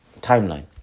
timeline